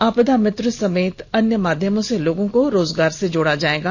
आपदा मित्र समेत अन्य माध्यमों से लोगों को रोजगार से जोड़ा जाएगा